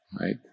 right